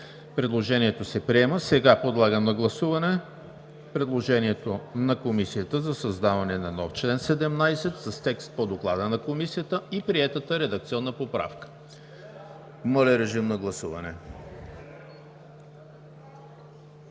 Предложението се приема. Подлагам на гласуване предложението на Комисията за създаване на нов чл. 17 с текст по Доклада на Комисията и приетата редакционна поправка. Гласували